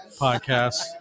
podcasts